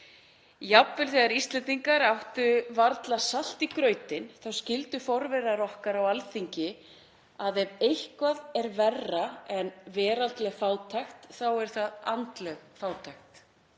þegar Íslendingar áttu varla fyrir salti í grautinn þá skildu forverar okkar hér á Alþingi að ef eitthvað er verra en veraldleg fátækt þá er það andleg fátækt.